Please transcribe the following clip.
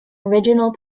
original